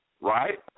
right